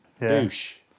Boosh